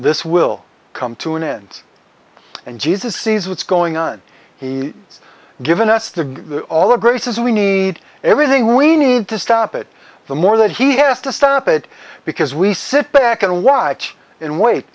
this will come to an end and jesus sees what's going on he has given us the all of graces we need everything we need to stop it the more that he has to stop it because we sit back and watch and wa